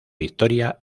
victoria